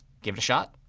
give it a shot.